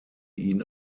ihn